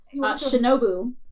Shinobu